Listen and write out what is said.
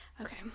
Okay